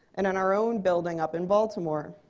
and in our own building up in baltimore.